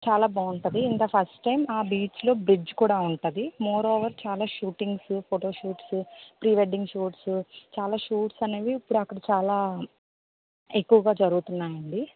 చాలా బాగుంటుంది ఇంకా ఫస్ట్ టైమ్ ఆ బీచ్లో బ్రిడ్జి కూడా ఉంటుంది మోర్ఓవర్ చాలా shootings photoshoots pre wedding shoots చాలా షూట్స్ అనేవి ఇప్పుడు అక్కడ చాలా ఎక్కువుగా జరుగుతున్నాయండి